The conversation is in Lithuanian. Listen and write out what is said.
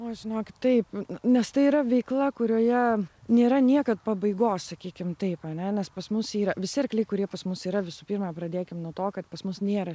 nu žinokit taip nes tai yra veikla kurioje nėra niekad pabaigos sakykim taip ane nes pas mus yra visi arkliai kurie pas mus yra visų pirma pradėkime nuo to kad pas mus nėra